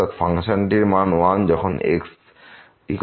অর্থাৎ ফাংশনটির মান 1 যখন x 0